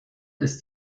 ist